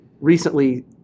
recently